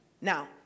Now